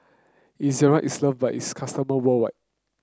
Ezerra is loved by its customer world